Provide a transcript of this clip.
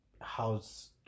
house